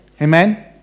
Amen